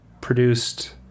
produced